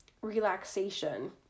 relaxation